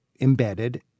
embedded